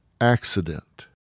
accident